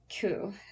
cool